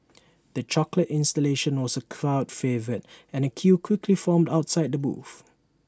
the chocolate installation was A crowd favourite and A queue quickly formed outside the booth